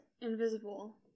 invisible